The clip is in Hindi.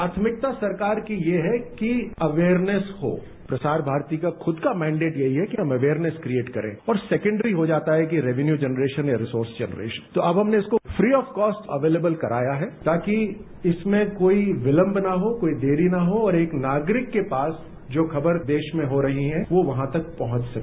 प्राथमिकता सरकार की ये है कि अवेयरनेस को प्रसार भारती का खुद का मेंडेट ये ही है कि हम अवेयरनेस क्रियेट करे और सैकेंडरी हो जाता है कि रेवेन्यू जनरेशन या रिसोर्स जनरेशन तो अब हमने इसको फ्री ऑफ कोस्ट अवेलेबल कराया है ताकि इसमें कोई विलंब न हो कोई देरी न हो और एक नागरिक के पास जो खबर देश में हो रही है वो वहां तक पहंच सके